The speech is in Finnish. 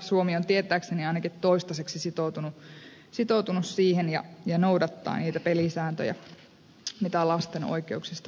suomi on tietääkseni ainakin toistaiseksi sitoutunut siihen ja noudattaa niitä pelisääntöjä mitä lasten oikeuksista puhutaan